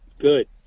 good